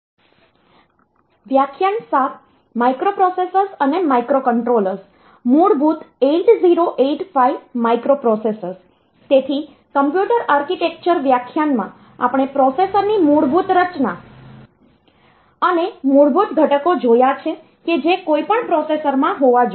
તેથી computer architecture વ્યાખ્યાનમાં આપણે પ્રોસેસર ની મૂળભૂત રચના અને મૂળભૂત ઘટકો જોયા છે કે જે કોઈપણ પ્રોસેસરમાં હોવા જોઈએ